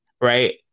right